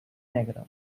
negre